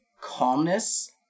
calmness